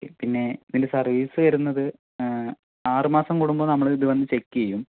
പിന്നേ ഇതിൻ്റെ സർവീസ് വരുന്നത് ആറുമാസം കൂടുമ്പോൾ നമ്മള് ഇതുവന്ന് ചെക്ക് ചെയ്യും